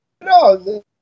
no